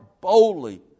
boldly